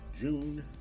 June